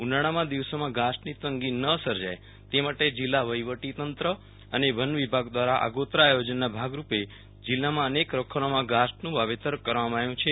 ઉનાળાના દિવસોમાં ઘાસની તંગી ન સર્જાય તે માટે જીલ્લા વહીવટીતંત્ર અને વન વિભાગ દ્રારા આગોતરા આયોજનના ભાગરૂપે જીલ્લામાં અનેક રખાલોમાં ધાસનું વાવેતર કરવામાં આવ્યુ છે